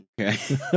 Okay